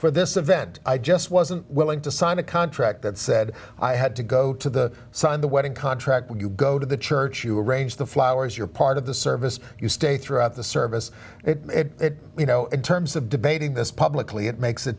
for this event i just wasn't willing to sign a contract that said i had to go to the sun the wedding contract would you go to the church you arrange the flowers you're part of the service you stay throughout the service it you know in terms of debating this publicly it makes